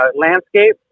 landscape